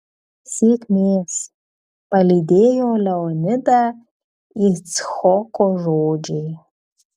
sėkmės palydėjo leonidą icchoko žodžiai